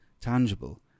tangible